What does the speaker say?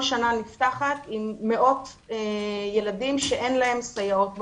כל שנה נפתחת עם מאות ילדים שאין להם סייעות בפועל,